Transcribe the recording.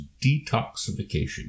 detoxification